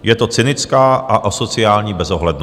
Je to cynická a asociální bezohlednost.